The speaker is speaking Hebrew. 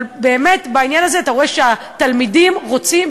אבל באמת בעניין הזה אתה רואה שהתלמידים רוצים,